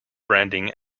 branding